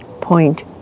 Point